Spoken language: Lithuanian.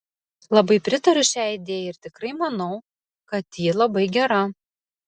labai pritariu šiai idėjai ir tikrai manau kad ji labai gera